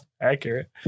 Accurate